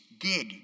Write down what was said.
good